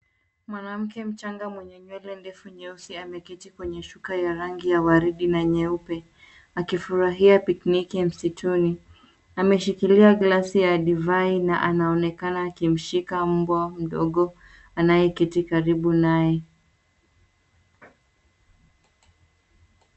Mwanamke mchaga mwenye nywele ndefu nyeusi ameketi kwenye shuka ya rangi ya waridi na nyeupe akifurahia picnic msituni. Ameshikilia glasi ya divai na anaonekana akimshika mbwa mdogo anayeketi karibu naye.